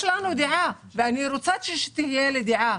יש לנו דעה ואני רוצה שתהיה לי דעה